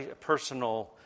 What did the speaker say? personal